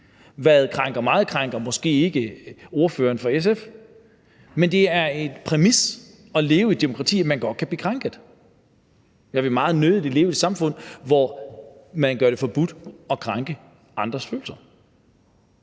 der krænker mig, krænker måske ikke ordføreren for SF, men det er en præmis at leve i et demokrati, at man godt kan blive krænket. Jeg vil meget nødig leve i et samfund, hvor man gør det forbudt at krænke andres følelser.